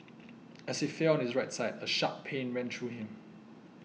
as he fell on his right side a sharp pain ran through him